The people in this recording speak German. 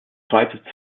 zweite